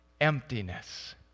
emptiness